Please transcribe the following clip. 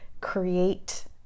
create